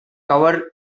cover